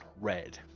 red